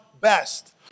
best